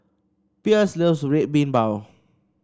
Pierce loves Red Bean Bao